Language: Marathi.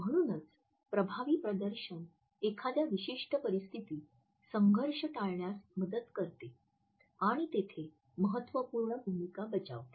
म्हणूनच प्रभावी प्रदर्शन एखाद्या विशिष्ट परिस्थितीत संघर्ष टाळण्यास मदत करते आणि तेथे महत्त्वपूर्ण भूमिका बजावते